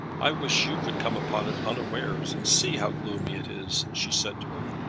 i wish you could come upon it unawares, and see how gloomy it is, she said to him.